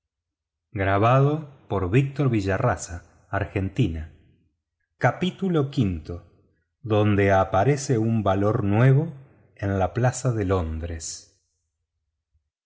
en valor de bolsa y se cotizó en la plaza de londres